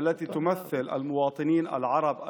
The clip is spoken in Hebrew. שמייצגת את התושבים הערבים